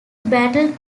battled